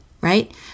right